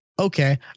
okay